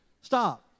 stop